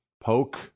poke